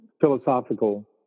philosophical